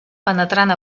penetrant